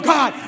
God